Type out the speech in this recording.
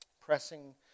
pressing